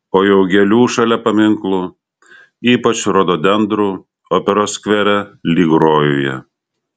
o jau gėlių šalia paminklų ypač rododendrų operos skvere lyg rojuje